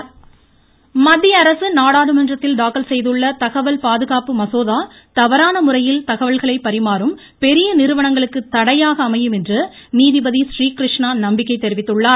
றீகிருஷ்ணா மத்தியஅரசு நாடாளுமன்றத்தில் தாக்கல் செய்துள்ள தகவல் பாதுகாப்பு மசோதா தவறானமுறையில் தகவல்களை பரிமாறும் பெரிய நிறுவனங்களுக்கு தடையாக அமையும் என்று நீதிபதி றீகிருஷ்ணா நம்பிக்கை தெரிவித்துள்ளார்